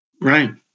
Right